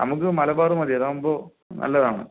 നമുക്ക് മലബാറ് മതി അതാകുമ്പോൾ നല്ലതാണ്